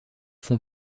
font